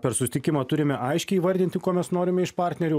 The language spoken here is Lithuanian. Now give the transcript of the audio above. per susitikimą turime aiškiai įvardinti ko mes norime iš partnerių